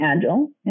agile